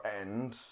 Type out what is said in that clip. end